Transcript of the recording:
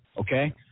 okay